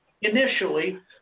initially